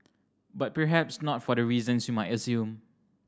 but perhaps not for the reasons you might assume